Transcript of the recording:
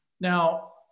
Now